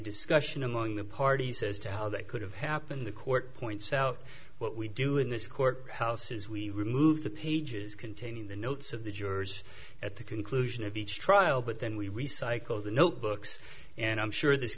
discussion among the parties as to how that could have happened the court points out what we do in this court houses we removed the pages containing the notes of the jurors at the conclusion of each trial but then we recycled the notebooks and i'm sure this